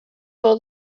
for